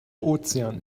ozean